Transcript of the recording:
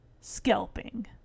Scalping